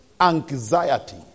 anxiety